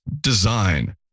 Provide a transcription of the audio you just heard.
Design